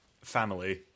family